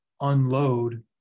unload